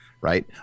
right